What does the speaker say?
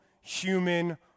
human